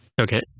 Okay